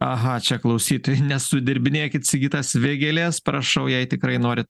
aha čia klausytojai nesudirbinėkit sigitas vėgėlės prašau jei tikrai nori